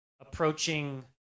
approaching